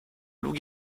loup